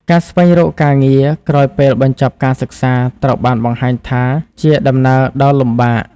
ការស្វែងរកការងារ ក្រោយពេលបញ្ចប់ការសិក្សាត្រូវបានបង្ហាញថាជាដំណើរដ៏លំបាក។